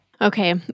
Okay